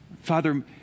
Father